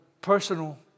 personal